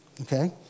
Okay